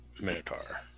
Minotaur